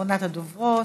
אחרונת הדוברות.